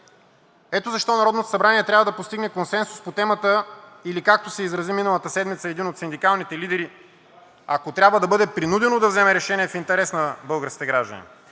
Ето защо Народното събрание трябва да постигне консенсус по темата или, както се изрази миналата седмица един от синдикалните лидери – ако трябва, да бъде принудено да вземе решение в интерес на българските граждани.